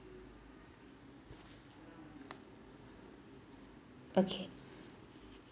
okay